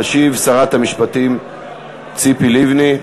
תשיב שרת המשפטים ציפי לבני.